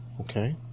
okay